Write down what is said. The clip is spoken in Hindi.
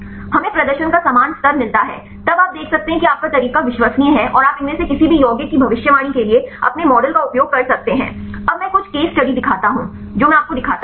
हमें प्रदर्शन का समान स्तर मिलता है तब आप देख सकते हैं कि आपका तरीका विश्वसनीय है और आप इनमें से किसी भी यौगिक की भविष्यवाणी के लिए अपने मॉडल का उपयोग कर सकते हैं अब मैं कुछ केस स्टडी दिखाता हूं जो मैं आपको दिखाता हूं